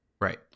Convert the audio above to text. right